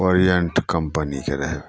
orient कम्पनीके रहै